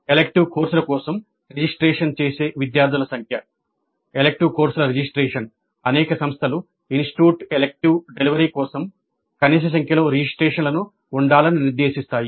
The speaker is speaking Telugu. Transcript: ఎలిక్టివ్ కోర్సుల కోసం రిజిస్ట్రేషన్ చేసే విద్యార్థుల సంఖ్య ఎలిక్టివ్ కోర్సుల రిజిస్ట్రేషన్ అనేక సంస్థలు ఇన్స్టిట్యూట్ ఎలిక్టివ్ డెలివరీ కోసం కనీస సంఖ్యలో రిజిస్ట్రేషన్లను ఉండాలని నిర్దేశిస్తాయి